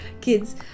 kids